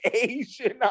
Asian